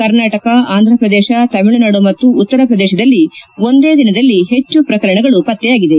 ಕರ್ನಾಟಕ ಆಂಥ್ರ ಪ್ರದೇಶ ತಮಿಳುನಾಡು ಮತ್ತು ಉತ್ತರ ಪ್ರದೇಶದಲ್ಲಿ ಒಂದೇ ದಿನದಲ್ಲಿ ಹೆಚ್ಚು ಪ್ರಕರಣಗಳು ಪತ್ತೆಯಾಗಿದೆ